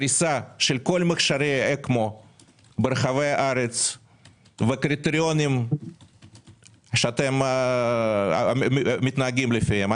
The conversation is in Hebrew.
פריסה של כל מכשירי האקמו ברחבי הארץ וקריטריונים שאתם מתנהגים לפיהם.